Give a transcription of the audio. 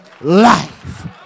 life